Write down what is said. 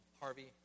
Harvey